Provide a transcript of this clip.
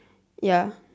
ya